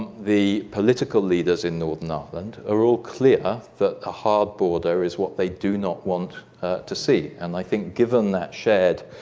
the political leaders in northern ireland are all clear that a hard border is what they do not want to see. and i think given that shared